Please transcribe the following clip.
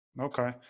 Okay